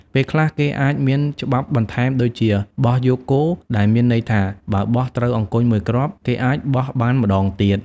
ពេលខ្លះ គេអាចមានច្បាប់បន្ថែមដូចជា បោះយកគោ ដែលមានន័យថា បើបោះត្រូវអង្គញ់មួយគ្រាប់ គេអាចបោះបានម្ដងទៀត ។